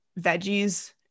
Veggies